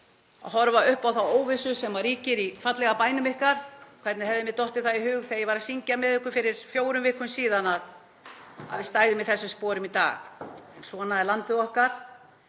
að horfa upp á þá óvissu sem ríkir í fallega bænum ykkar? Hvernig hefði mér dottið það í hug þegar ég var að syngja með ykkur fyrir fjórum vikum síðan að við stæðum í þessum sporum í dag? En svona er landið okkar.